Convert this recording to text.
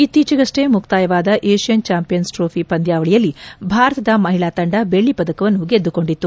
ಇತ್ತೀಚೆಗಷ್ಷೇ ಮುಕ್ತಾಯವಾದ Asian champions trophy ಪಂದ್ಯಾವಳಿಯಲ್ಲಿ ಭಾರತದ ಮಹಿಳಾ ತಂಡ ಬೆಳ್ಳ ಪದಕವನ್ನು ಗೆದ್ದುಕೊಂಡಿತ್ತು